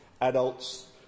adults